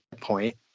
point